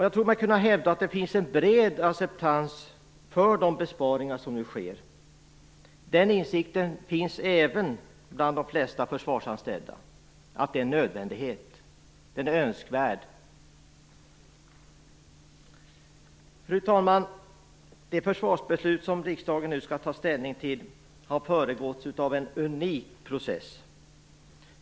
Jag tror mig kunna hävda att det finns en bred acceptans för de besparingar som nu sker. Den insikten finns även bland de flesta försvarsanställda, att besparingarna är nödvändiga och önskvärda. Fru talman! Det försvarsbeslut som riksdagen nu skall ta ställning till har föregåtts av en unik process.